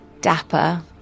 dapper